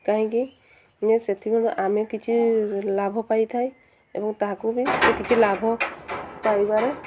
କାହିଁକି ଇଏ ସେଥିପାଇଁ ଆମେ କିଛି ଲାଭ ପାଇଥାଏ ଏବଂ ତାହାକୁ ବି କିଛି ଲାଭ ପାଇବାରେ